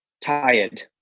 tired